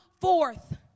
forth